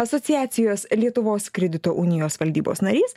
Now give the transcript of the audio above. asociacijos lietuvos kredito unijos valdybos narys